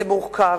זה מורכב,